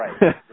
Right